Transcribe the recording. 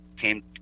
came